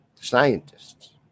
scientists